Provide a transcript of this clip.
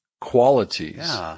qualities